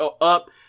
up